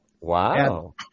Wow